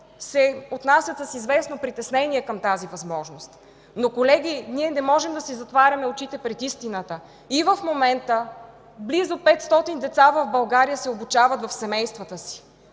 се отнасят с известно притеснение към тази възможност. Колеги, не можем да си затваряме очите пред истината. И в момента близо 500 деца в България се обучават в семействата си.